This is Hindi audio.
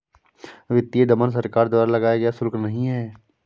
वित्तीय दमन सरकार द्वारा लगाया गया शुल्क नहीं है